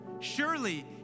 Surely